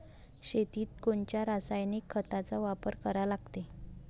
शेतीत कोनच्या रासायनिक खताचा वापर करा लागते?